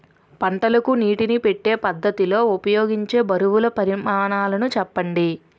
పంటలకు నీటినీ పెట్టే పద్ధతి లో ఉపయోగించే బరువుల పరిమాణాలు చెప్పండి?